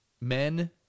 men